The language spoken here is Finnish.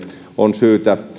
on syytä